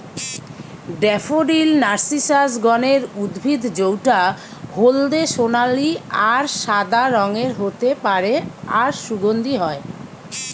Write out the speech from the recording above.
daffodil narcissus গণের উদ্ভিদ জউটা হলদে সোনালী আর সাদা রঙের হতে পারে আর সুগন্ধি হয়